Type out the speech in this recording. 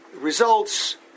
results